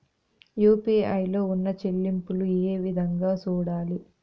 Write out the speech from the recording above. UPI లో ఉన్న చెల్లింపులు ఏ విధంగా సూడాలి